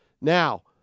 Now